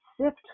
sift